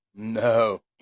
no